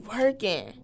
working